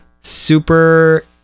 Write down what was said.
super